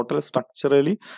structurally